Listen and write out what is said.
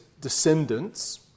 descendants